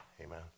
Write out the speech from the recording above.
Amen